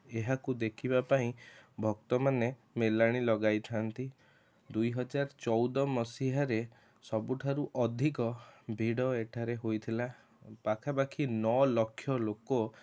ଏହାକୁ ଦେଖିବା ପାଇଁ ଭକ୍ତମାନେ ମେଲାଣି ଲଗାଇଥାନ୍ତି ଦୁଇହଜାର ଚଉଦ ମସିହାରେ ସବୁଠାରୁ ଅଧିକ ଭିଡ଼ ଏଠାରେ ହୋଇଥିଲା ପାଖାପାଖି ନଅଲକ୍ଷ ଲୋକ